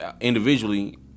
individually